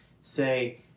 say